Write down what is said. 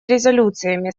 резолюциями